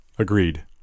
Agreed